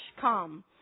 come